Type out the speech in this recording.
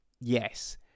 yes